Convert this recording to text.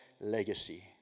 legacy